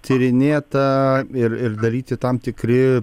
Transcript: tyrinėta ir ir daryti tam tikri